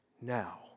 now